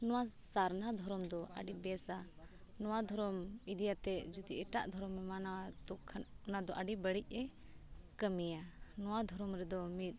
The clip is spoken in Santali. ᱱᱚᱣᱟ ᱥᱟᱨᱱᱟ ᱫᱷᱚᱨᱚᱢ ᱫᱚ ᱟᱹᱰᱤ ᱵᱮᱥᱟ ᱱᱚᱣᱟ ᱫᱷᱚᱨᱚᱢ ᱤᱫᱤ ᱠᱟᱛᱮᱫ ᱡᱩᱫᱤ ᱮᱴᱟᱜ ᱫᱷᱚᱨᱚᱢ ᱮᱢ ᱢᱟᱱᱟᱣᱟ ᱛᱳ ᱠᱷᱟᱱ ᱚᱱᱟ ᱫᱚ ᱟᱹᱰᱤ ᱵᱟᱹᱲᱤᱡ ᱮ ᱠᱟᱹᱢᱤᱭᱟ ᱱᱚᱣᱟ ᱫᱷᱚᱨᱚᱢ ᱨᱮᱫᱚ ᱢᱤᱫ